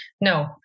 No